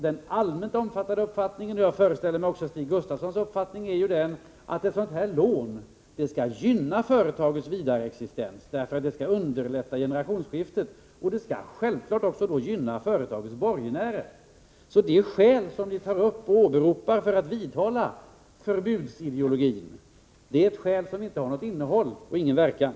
Den allmänt omfattade uppfattningen — som jag föreställer mig också är Stig Gustafssons uppfattning — är att ett sådant här lån skall gynna företagets vidare existens, genom att underlätta generationsskifte, och då skall det självfallet gynna också företagets borgenärer. Det skydd som man tar upp och åberopar för att bibehålla förbudsideologin är ett skäl som inte har något innehåll och inte någon verkan.